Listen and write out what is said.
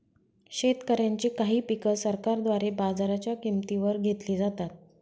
शेतकऱ्यांची काही पिक सरकारद्वारे बाजाराच्या किंमती वर घेतली जातात